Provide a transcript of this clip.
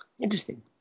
Interesting